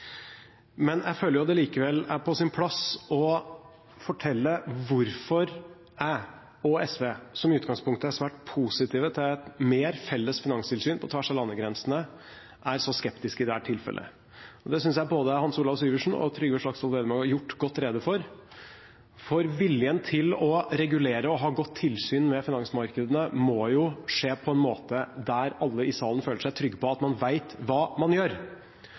Men jeg føler det likevel er på sin plass å fortelle hvorfor jeg og SV, som i utgangspunktet er svært positive til et mer felles finanstilsyn på tvers av landegrensene, er så skeptiske i dette tilfellet. Det synes jeg både Hans Olav Syversen og Trygve Slagsvold Vedum har gjort godt rede for. Viljen til å regulere og ha godt tilsyn med finansmarkedene må jo skje på en måte der alle i salen føler seg trygge på at man vet hva man gjør.